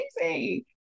amazing